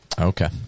Okay